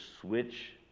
switch